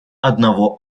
одного